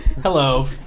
Hello